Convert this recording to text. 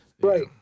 Right